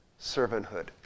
servanthood